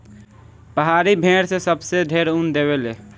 पहाड़ी भेड़ से सबसे ढेर ऊन देवे ले